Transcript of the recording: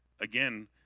again